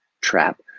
trap